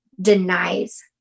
denies